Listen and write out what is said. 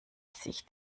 sich